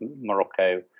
Morocco